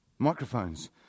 Microphones